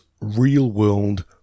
real-world